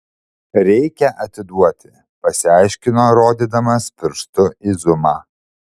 reikia atiduoti pasiaiškino rodydamas pirštu į zumą